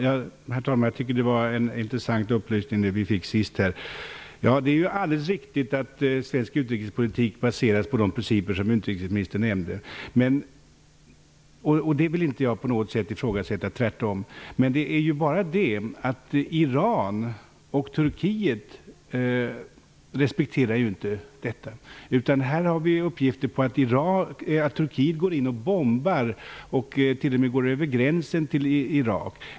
Herr talman! Jag tycker att det var en intressant upplysning som vi fick. Det är alldeles riktigt att svensk utrikespolitik baseras på de principer som utrikesministern nämnde. Det vill jag inte på något sätt ifrågasätta, tvärtom. Men Iran och Turkiet respekterar inte detta. Vi har uppgifter på att Turkiet bombar Irak, t.o.m. går över gränsen till Irak.